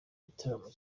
gitaramo